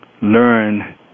learn